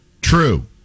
True